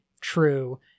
true